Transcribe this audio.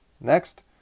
Next